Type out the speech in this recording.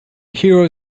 hero